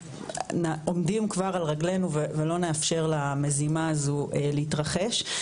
עומדים כבר על רגלינו ולא נאפשר למזימה הזו להתרחש.